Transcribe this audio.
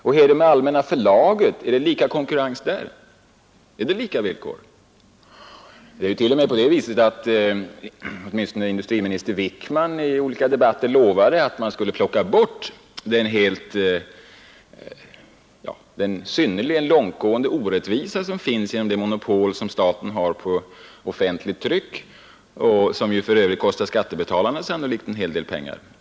Och bedriver Allmänna förlaget konkurrens på lika villkor? Åtminstone lovade förutvarande industriministern Wickman i olika debatter att man skulle plocka bort den synnerligen långtgående orättvisa som statens monopol på offentligt tryck innebär, ett monopol som kostar skattebetalarna en hel del pengar.